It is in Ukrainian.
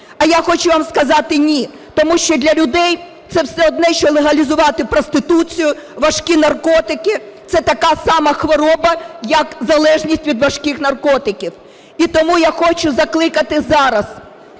вам хочу сказати – "ні". Тому що для людей це все одно що легалізувати проституцію, важкі наркотики. Це така сама хвороба, як залежність від важких наркотиків. І тому я хочу закликати зараз.